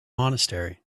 monastery